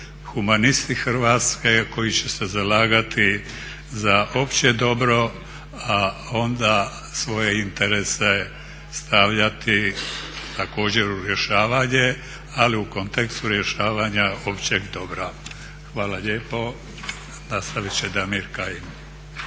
humanisti Hrvatske koji će se zalagati za opće dobro a onda svoje interese stavljati također u rješavanje ali u kontekstu rješavanja općeg dobra. Hvala lijepo. Nastavit će Damir Kajin.